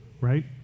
Right